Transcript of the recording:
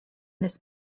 this